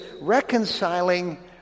reconciling